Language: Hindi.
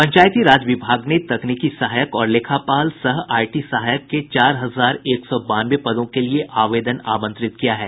पंचायती राज विभाग ने तकनीकी सहायक और लेखापाल सह आईटी सहायक के चार हजार एक सौ बानवे पदों के लिए आवेदन आमंत्रित किया है